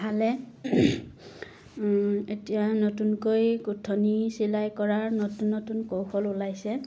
ভালে এতিয়া নতুনকৈ গোঁঠনি চিলাই কৰাৰ নতুন নতুন কৌশল ওলাইছে